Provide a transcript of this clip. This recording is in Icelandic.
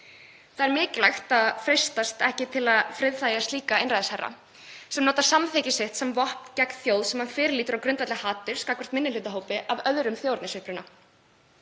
Það er mikilvægt að freistast ekki til að friðþægja slíka einræðisherra sem nota samþykki sitt sem vopn gegn þjóð sem hann fyrirlítur á grundvelli haturs á minnihlutahópi af öðrum þjóðernisuppruna.